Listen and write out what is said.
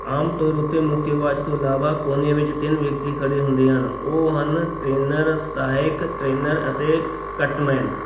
ਆਮ ਤੌਰ ਉੱਤੇ ਮੁੱਕੇਬਾਜ਼ ਤੋਂ ਇਲਾਵਾ ਕੋਨੇ ਵਿੱਚ ਤਿੰਨ ਵਿਅਕਤੀ ਖੜ੍ਹੇ ਹੁੰਦੇ ਹਨ ਉਹ ਹਨ ਟ੍ਰੇਨਰ ਸਹਾਇਕ ਟ੍ਰੇਨਰ ਅਤੇ ਕ ਕਟਮੈਨ